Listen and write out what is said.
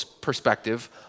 perspective